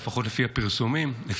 לפחות לפי פרסומים -- זרים.